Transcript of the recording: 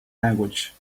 language